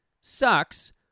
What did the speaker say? sucks